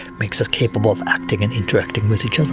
makes us capable of acting and interacting with each um